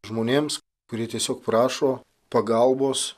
žmonėms kurie tiesiog prašo pagalbos